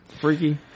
Freaky